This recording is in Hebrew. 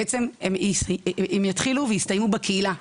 בעצם הם יתחילו ויסתיימו בקהילה.